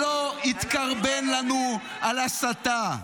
שלא יתקרבן לנו על הסתה.